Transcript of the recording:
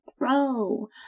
grow